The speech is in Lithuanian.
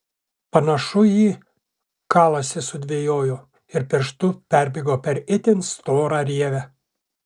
panašu į kalasi sudvejojo ir pirštu perbėgo per itin storą rievę